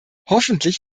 hoffentlich